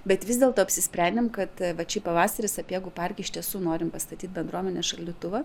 bet vis dėlto apsisprendėm kad vat šį pavasarį sapiegų parke iš tiesų norim pastatyt bendruomenės šaldytuvą